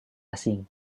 asing